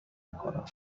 میکنم